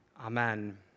Amen